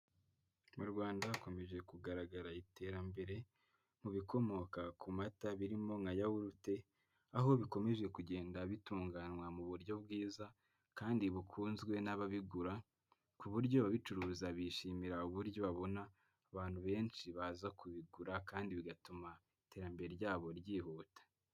Mu Rwanda hakomeje kugaragara iterambere mu bikomoka ku mata birimo nka yawurute, aho bikomeje kugenda bitunganywa mu buryo bwiza kandi bukunzwe n'ababigura, ku buryo ababicuruza bishimira uburyo babona abantu benshi baza kubigura kandi bigatuma iterambere ryabo ryihuta.